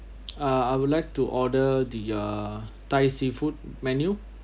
uh I would like to order the uh thai seafood menu